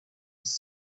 was